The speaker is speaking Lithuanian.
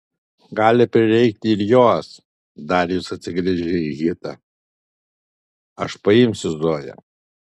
gali prireikti ir jos darijus atsigręžė į hitą aš paimsiu zoją